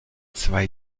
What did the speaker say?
zwei